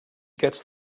gets